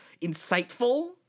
insightful